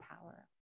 power